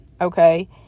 Okay